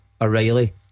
O'Reilly